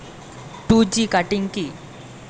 Two G cutting কি?